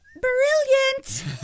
brilliant